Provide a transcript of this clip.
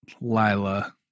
Lila